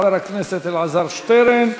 חבר הכנסת אלעזר שטרן,